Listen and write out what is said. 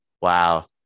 wow